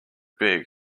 big